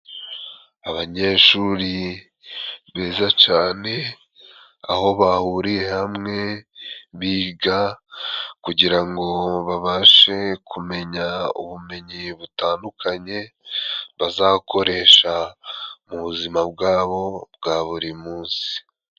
Abanyeshuri beza cane, aho bahuriye hamwe biga kugira ngo babashe kumenya ubumenyi butandukanye bazakoresha mu buzima bwabo bwa buri munsi.